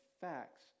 facts